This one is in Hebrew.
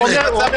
--- יש לו